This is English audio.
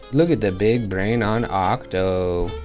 look at the big brain on octo!